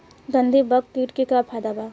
गंधी बग कीट के का फायदा बा?